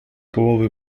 połowy